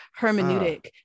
hermeneutic